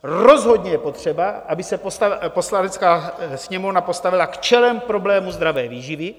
Rozhodně je potřeba, aby se Poslanecká sněmovna postavila čelem k problému zdravé výživy.